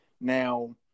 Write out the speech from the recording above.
Now –